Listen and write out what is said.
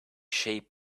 shape